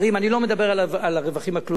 ואני לא מדבר על הרווחים הכלואים,